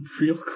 real